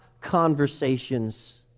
conversations